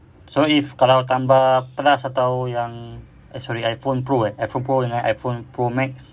so if kalau tambah plus atau yang eh sorry iphone pro eh iphone pro dengan iphone pro max